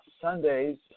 Sundays